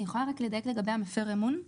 אני יכולה לדייק לגבי מפר אמון?